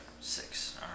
six